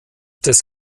des